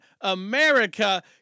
America